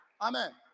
Amen